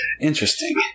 Interesting